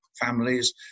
families